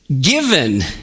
given